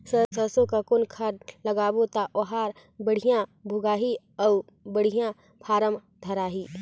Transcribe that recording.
सरसो मा कौन खाद लगाबो ता ओहार बेडिया भोगही अउ बेडिया फारम धारही?